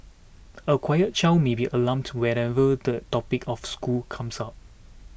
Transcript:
a quiet child may be alarmed to whenever the topic of school comes up